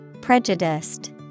Prejudiced